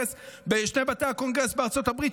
בשני בתי הקונגרס בארצות הברית,